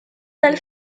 dal